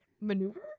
maneuver